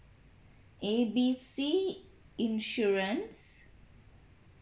A B C insurance